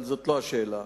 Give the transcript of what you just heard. אבל זאת לא השאלה.